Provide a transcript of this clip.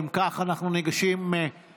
אם כך, אנחנו ניגשים להצבעה.